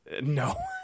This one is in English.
No